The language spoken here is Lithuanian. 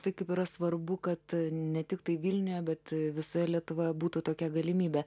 tai kaip yra svarbu kad ne tiktai vilniuje bet visoje lietuvoje būtų tokia galimybė